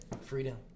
Freedom